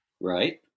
Right